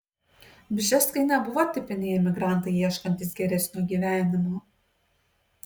bžeskai nebuvo tipiniai emigrantai ieškantys geresnio gyvenimo